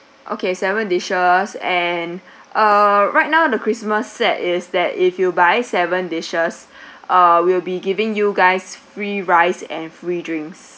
okay seven dishes and uh right now in the christmas set is that if you buy seven dishes uh we'll be giving you guys free rice and free drinks